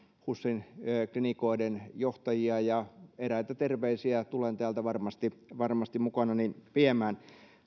husin klinikoiden johtajia ja eräitä terveisiä tulen täältä varmasti varmasti mukanani viemään